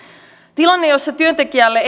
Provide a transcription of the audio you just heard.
tilanne jossa työntekijälle